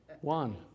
One